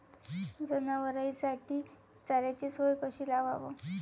जनावराइसाठी चाऱ्याची सोय कशी लावाव?